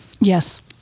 yes